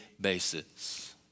basis